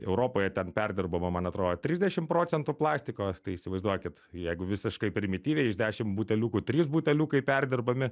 europoje ten perdirbama man atro trisdešim procentų plastiko tai įsivaizduokit jeigu visiškai primityviai iš dešim buteliukų trys buteliukai perdirbami